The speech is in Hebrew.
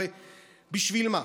בשביל מה?